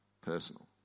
personal